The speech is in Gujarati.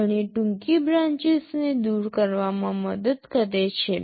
આ ઘણી ટૂંકી બ્રાન્ચીસને દૂર કરવામાં મદદ કરે છે